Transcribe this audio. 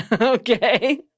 Okay